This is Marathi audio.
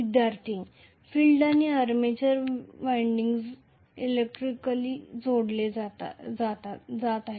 विद्यार्थीः फील्ड आणि आर्मेचर विडिंग्ज इलेक्ट्रिकली जोडलेले आहेत